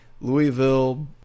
Louisville